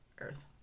Earth